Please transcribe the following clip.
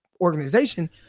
organization